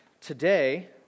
today